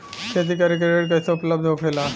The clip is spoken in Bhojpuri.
खेती करे के ऋण कैसे उपलब्ध होखेला?